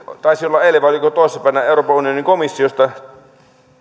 taisi olla eilen vai oliko toissa päivänä euroopan unionin komissiosta